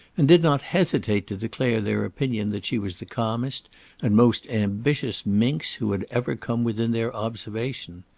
and did not hesitate to declare their opinion that she was the calmest and most ambitious minx who had ever come within their observation.